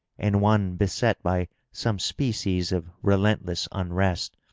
and one beset by some species of relentless unrest.